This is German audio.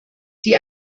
die